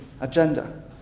agenda